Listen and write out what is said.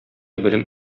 белем